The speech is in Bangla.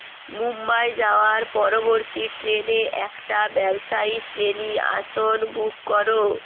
মুম্বই যাওয়ার পরবর্তী ট্রেনে একটা ব্যবসায়ী শ্রেণী আসন বুক করো